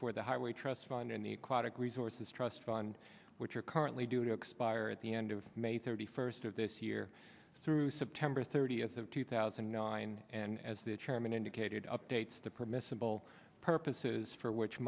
for the highway trust fund in the aquatic resources trust fund which are currently due to expire at the end of may thirty first of this year through september thirtieth of two thousand and nine and as the chairman indicated updates the permissible purposes for which